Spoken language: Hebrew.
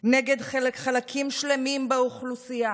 נגד חלקים שלמים באוכלוסייה,